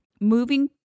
moving